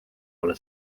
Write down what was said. pole